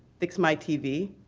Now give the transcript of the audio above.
fix my tv.